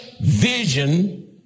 vision